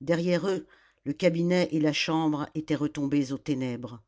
derrière eux le cabinet et la chambre étaient retombés aux ténèbres